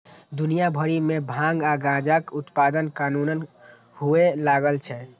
दुनिया भरि मे भांग आ गांजाक उत्पादन कानूनन हुअय लागल छै